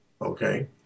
okay